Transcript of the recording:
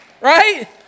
Right